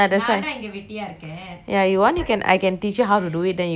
ya you want you can I can teach you how to do it then you can actually learn how